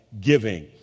giving